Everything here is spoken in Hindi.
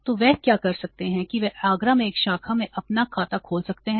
तो वे क्या कर सकते हैं कि वे आगरा में एक शाखा में अपना खाता खोल सकते हैं